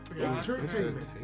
Entertainment